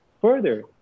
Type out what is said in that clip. further